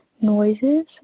noises